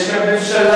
יש כאן ממשלה,